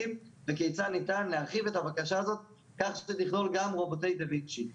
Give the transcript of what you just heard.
וכיצד ניתן להרחיב את הבקשה הזאת כך שתכלול גם רובוטי דה וינצ'י,